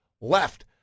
left